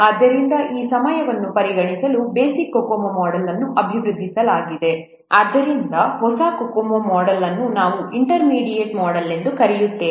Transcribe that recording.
ಆದ್ದರಿಂದ ಈ ಸಮಸ್ಯೆಗಳನ್ನು ಪರಿಗಣಿಸಲು ಬೇಸಿಕ್ COCOMO ಮೊಡೆಲ್ ಅನ್ನು ವರ್ಧಿಸಲಾಗಿದೆ ಆದ್ದರಿಂದ ಹೊಸ COCOMO ಮೊಡೆಲ್ ಅನ್ನು ನಾವು ಇಂಟರ್ಮೀಡಿಯೇಟ್ ಮೊಡೆಲ್ ಎಂದು ಕರೆಯುತ್ತೇವೆ